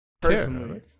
personally